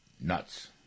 nuts